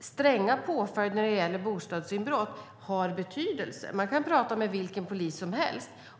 sträng påföljd när det gäller bostadsinbrott betydelse. Man kan prata med vilken polis som helst.